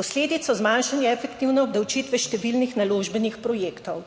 posledico zmanjšanje efektivne obdavčitve številnih naložbenih projektov.